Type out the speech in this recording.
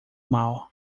mal